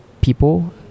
people